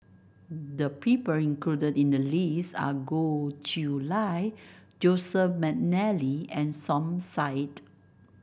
the people included in the list are Goh Chiew Lye Joseph McNally and Som Said